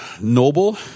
Noble